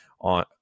on